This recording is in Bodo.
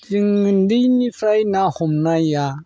जों उन्दैनिफ्राय ना हमनाया